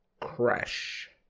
Crash